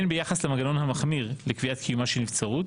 הן ביחס למנגנון המחמיר לקביעת קיומה של נבצרות